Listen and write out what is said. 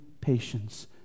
patience